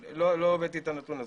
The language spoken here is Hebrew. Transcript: לא הבאתי את הנתון הזה.